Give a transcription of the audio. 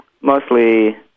mostly